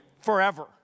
forever